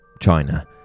China